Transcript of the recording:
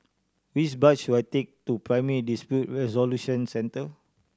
which bus should I take to Primary Dispute Resolution Centre